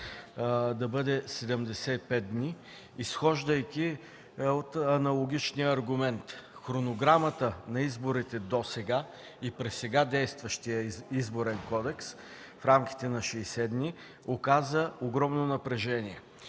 да бъде 75 дни, изхождайки от аналогичния аргумент – Хронограмата на изборите досега и при сега действащия Изборен кодекс в рамките на 60 дни оказа огромно напрежение.